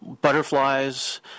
butterflies